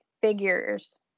figures